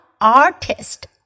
Artist